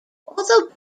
although